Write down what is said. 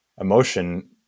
emotion